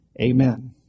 Amen